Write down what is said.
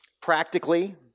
Practically